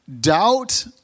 doubt